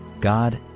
God